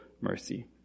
mercy